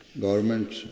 government